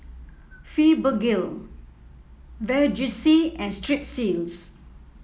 Fibogel Vagisil and Strepsils